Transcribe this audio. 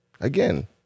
again